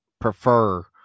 prefer